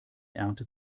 ernte